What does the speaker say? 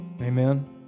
Amen